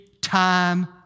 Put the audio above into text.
time